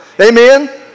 Amen